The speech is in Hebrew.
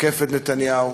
התנהלות